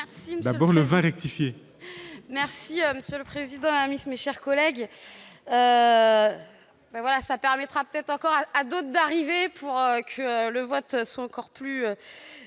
Monsieur le président, mes chers collègues,